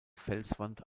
felswand